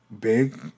big